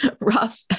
rough